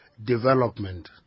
development